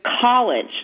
college